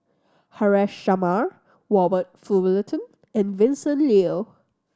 Haresh Sharma Robert Fullerton and Vincent Leow